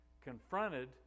confronted